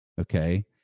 Okay